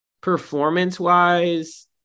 performance-wise